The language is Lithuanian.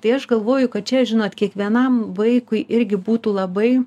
tai aš galvoju kad čia žinot kiekvienam vaikui irgi būtų labai